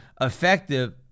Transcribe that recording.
effective